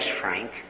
Frank